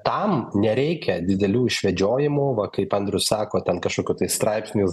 tam nereikia didelių išvedžiojimų va kaip andrius sako ten kažkokių tai straipsnių